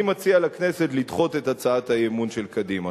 אני מציע לכנסת לדחות את הצעת האי-אמון של קדימה.